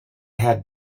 had